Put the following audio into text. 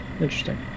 Interesting